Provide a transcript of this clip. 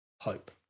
hope